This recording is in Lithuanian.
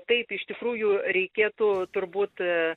taip iš tikrųjų reikėtų turbūt